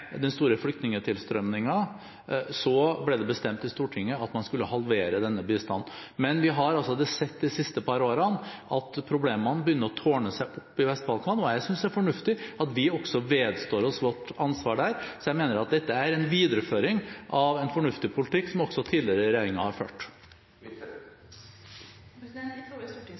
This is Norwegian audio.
den store flyktningtilstrømningen ble det bestemt i Stortinget at man skulle halvere denne bistanden. Men vi har sett de siste par årene at problemene begynner å tårne seg opp på Vest-Balkan, og jeg synes det er fornuftig at vi også vedstår oss vårt ansvar der. Så jeg mener dette er en videreføring av en fornuftig politikk, som også tidligere regjeringer har ført. I